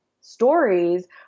stories